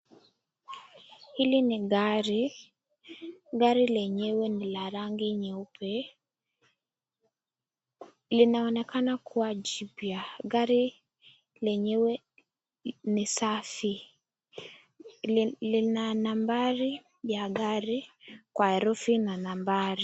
Hili ni gari. Gari lenyewe ni la rangi nyeupe, linaonekana kuwa jipya. Gari lenyewe ni safi, lina nambari ya gari kwa herufi na nambari.